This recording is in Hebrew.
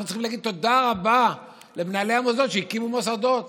אנחנו צריכים להגיד תודה רבה למנהלי המוסדות שהקימו מוסדות.